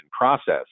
process